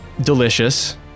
Delicious